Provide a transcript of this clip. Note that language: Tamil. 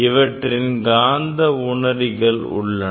இவற்றில் காந்த உணரிகள் உள்ளன